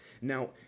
Now